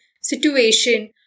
situation